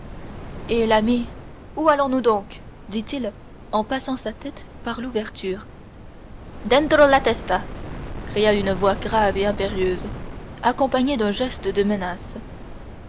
hé l'ami où allons-nous donc dit-il en passant sa tête par l'ouverture dentro la testa cria une voix grave et impérieuse accompagnée d'un geste de menace